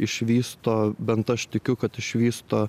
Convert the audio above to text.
išvysto bent aš tikiu kad išvysto